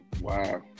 Wow